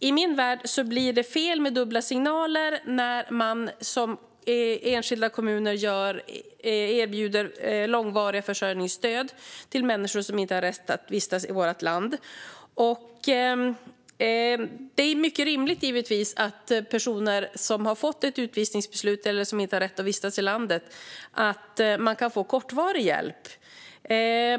I min värld blir det fel, och det ger dubbla signaler när man gör som enskilda kommuner och erbjuder långvarigt försörjningsstöd till människor som inte har rätt att vistats i vårt land. Det är givetvis rimligt att personer som har fått ett utvisningsbeslut eller som inte har rätt att vistas i landet kan få kortvarig hjälp.